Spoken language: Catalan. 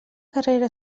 carrera